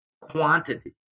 quantity